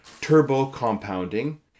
turbo-compounding